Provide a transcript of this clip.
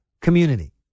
community